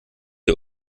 ihr